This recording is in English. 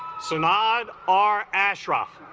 soon odd our ashram